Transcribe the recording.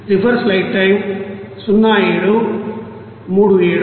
And we have described that process here